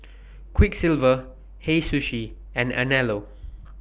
Quiksilver Hei Sushi and Anello